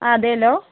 ആ അതേയല്ലോ